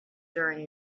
during